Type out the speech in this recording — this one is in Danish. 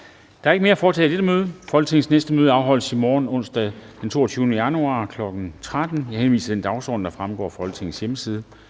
Der er ikke mere at foretage i dette møde. Folketingets næste møde afholdes i morgen, onsdag den 22. januar 2020, kl. 13.00. Jeg henviser til den dagsorden, der fremgår af Folketingets hjemmeside.